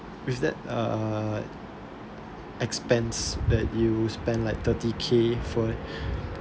with that uh expense that you spend like thirty K for